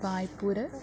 Vaipur